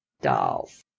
dolls